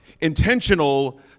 intentional